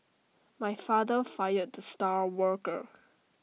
my father fired star worker